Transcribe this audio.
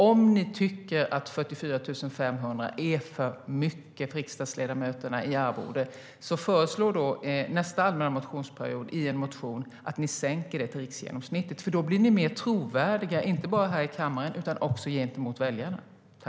Om ni tycker att 44 500 är för mycket i arvode för riksdagsledamöterna, föreslå då i en motion nästa allmänna motionsperiod att det ska sänkas till riksgenomsnittet. Då blir ni mer trovärdiga, inte bara här i kammaren utan också gentemot väljarna.